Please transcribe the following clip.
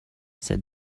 said